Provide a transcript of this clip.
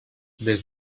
des